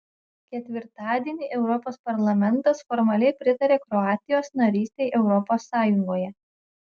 ketvirtadienį europos parlamentas formaliai pritarė kroatijos narystei europos sąjungoje